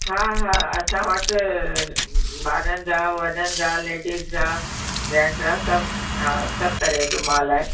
हा हा असां वटि ॿारनि जा वॾनि जा लेडीस जा जेन्ट्स जा सभु हा सभु तरह जो मालु आहे